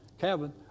cabin